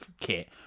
kit